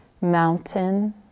mountain